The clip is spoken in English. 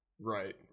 Right